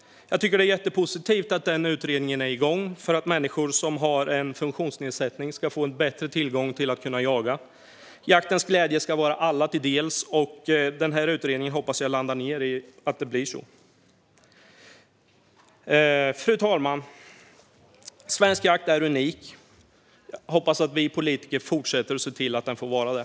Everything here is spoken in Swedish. Jag tycker att det är mycket positivt att den utredningen är igång. Det handlar om att människor med funktionsnedsättning ska få bättre möjlighet att jaga. Jaktens glädje ska komma alla till del, och jag hoppas att den här utredningen leder till att det blir så. Fru talman! Svensk jakt är unik. Jag hoppas att vi politiker ser till att den får fortsätta att vara det.